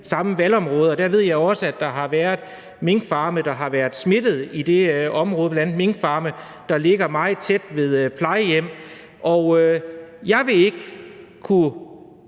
samme valgområde, og jeg ved også, at der har været minkfarme med smitte i det område, bl.a. minkfarme, der ligger meget tæt ved plejehjem. Jeg vil ikke kunne,